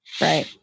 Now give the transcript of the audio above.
Right